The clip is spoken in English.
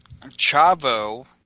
Chavo